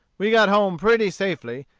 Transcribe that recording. we got home pretty safely,